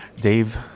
Dave